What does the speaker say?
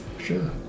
Sure